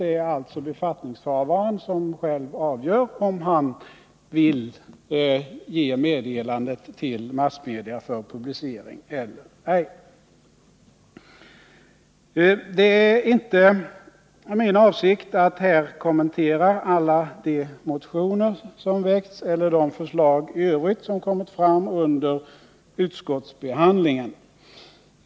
Det är alltså befattningshavaren som själv avgör om han vill ge meddelandet till massmedia för publicering eller ej. Det är inte min avsikt att här kommentera alla de motioner som väckts eller de förslag i övrigt som kommit fram under utskottsbehandlingen.